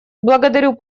благодарю